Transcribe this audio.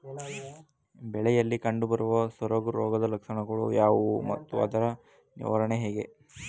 ಬೆಳೆಯಲ್ಲಿ ಕಂಡುಬರುವ ಸೊರಗು ರೋಗದ ಲಕ್ಷಣಗಳು ಯಾವುವು ಮತ್ತು ಅದರ ನಿವಾರಣೆ ಹೇಗೆ?